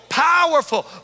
Powerful